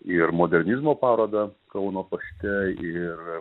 ir modernizmo parodą kauno pašte ir